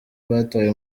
batawe